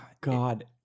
God